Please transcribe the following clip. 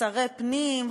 שרי פנים,